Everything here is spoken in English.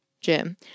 Jim